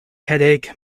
headache